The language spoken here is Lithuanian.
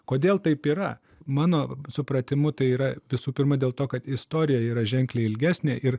kodėl taip yra mano supratimu tai yra visų pirma dėl to kad istorija yra ženkliai ilgesnė ir